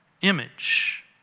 image